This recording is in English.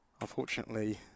unfortunately